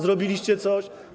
Zrobiliście coś?